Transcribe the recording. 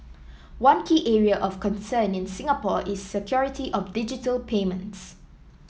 one key area of concern in Singapore is security of digital payments